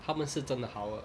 他们是真的好 uh